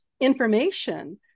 information